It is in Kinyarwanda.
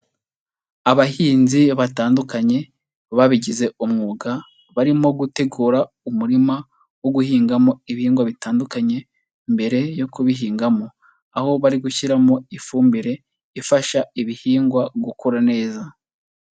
Abahinzi batandukanye babigize umwuga barimo gutegura umurima wo guhingamo ibihingwa bitandukanye mbere yo kubihingamo, aho bari gushyiramo ifumbire ifasha ibihingwa gukura neza.